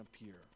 appear